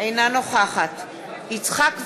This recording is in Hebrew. אינה נוכחת יצחק וקנין,